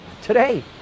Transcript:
Today